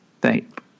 Thank